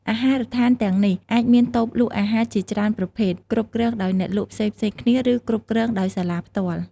អាហារដ្ឋានទាំងនេះអាចមានតូបលក់អាហារជាច្រើនប្រភេទ គ្រប់គ្រងដោយអ្នកលក់ផ្សេងៗគ្នា ឬគ្រប់គ្រងដោយសាលាផ្ទាល់។